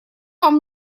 вам